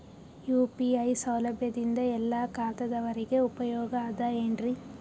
UPI ಸೌಲಭ್ಯದಿಂದ ಎಲ್ಲಾ ಖಾತಾದಾವರಿಗ ಉಪಯೋಗ ಅದ ಏನ್ರಿ?